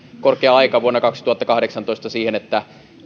korkea aika vuonna kaksituhattakahdeksantoista siihen että